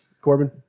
Corbin